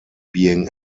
being